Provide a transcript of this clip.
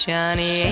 Johnny